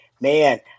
man